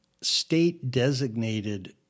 state-designated